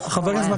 חה"כ מקלב,